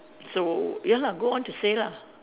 so ya lah go on to say lah